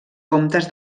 comtes